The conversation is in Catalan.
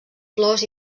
flors